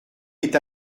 est